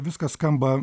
viskas skamba